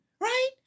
right